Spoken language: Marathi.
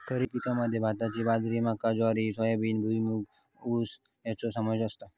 खरीप पिकांत भाताची बाजरी मका ज्वारी सोयाबीन भुईमूग ऊस याचो समावेश असता